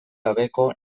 gabeko